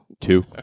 two